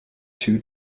two